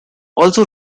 also